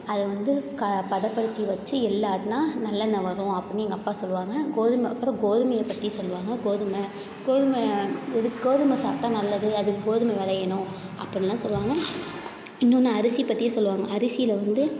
அதை வந்து க பதப்படுத்தி வெச்சு எள் ஆட்டினா நல்லெண்ணய் வரும் அப்டின்னு எங்கள் அப்பா சொல்வாங்க கோதுமை அப்பறம் கோதுமையைப் பற்றியும் சொல்வாங்க கோதுமை கோதுமை இது கோதுமை சாப்பிட்டா நல்லது அதுக்கு கோதுமை விளையணும் அப்படிலாம் சொல்வாங்க இன்னொன்று அரிசி பற்றியும் சொல்வாங்க அரிசியில் வந்து